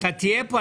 אתה תהיה פה?